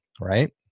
right